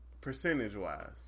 Percentage-wise